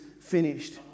finished